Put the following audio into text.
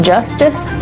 Justice